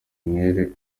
umwere